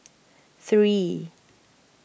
three